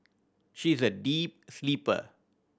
she is a deep sleeper